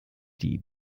die